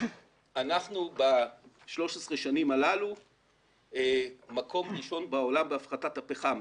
אנחנו ב-13 השנים האלה מקום ראשון בעולם בהפחתת הפחם.